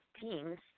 teams